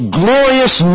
glorious